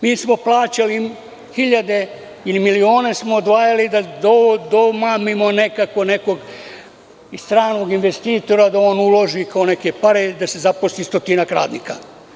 Mi smo plaćali hiljade ili milione smo odvajali da domamimo nekako nekog stranog investitora da uloži neke pare i da se zaposli stotinak radnika.